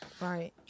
Right